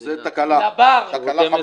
זה תקלה חמורה.